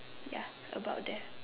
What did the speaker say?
ya about there